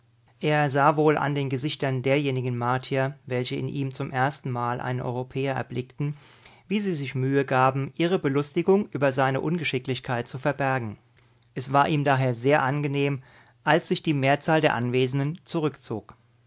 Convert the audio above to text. er sah wohl an den gesichtern derjenigen martier welche in ihm zum ersten mal einen europäer erblickten wie sie sich mühe gaben ihre belustigung über seine ungeschicklichkeit zu verbergen es war ihm daher sehr angenehm als sich die mehrzahl der anwesenden zurückzog